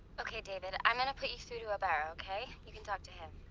okay, david. i'm gonna put you through to abara, okay? you can talk to him.